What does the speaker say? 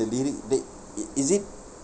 the lyric that it is it